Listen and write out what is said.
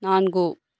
நான்கு